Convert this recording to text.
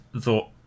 thought